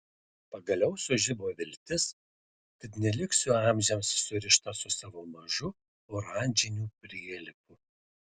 pagaliau sužibo viltis kad neliksiu amžiams surišta su savo mažu oranžiniu prielipu